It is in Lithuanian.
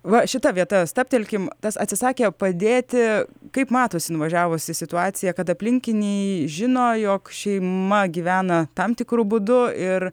va šita vieta stabtelkim tas atsisakė padėti kaip matosi nuvažiavus į situaciją kad aplinkiniai žino jog šeima gyvena tam tikru būdu ir